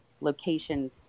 locations